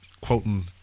quoting